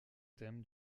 thème